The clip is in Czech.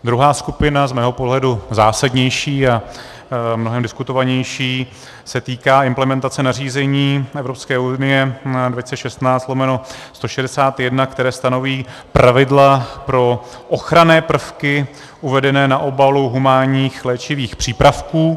Druhá skupina, z mého pohledu zásadnější a mnohem diskutovanější, se týká implementace nařízení Evropské unie 216/161, které stanoví pravidla pro ochranné prvky uvedené na obalu humánních léčivých přípravků.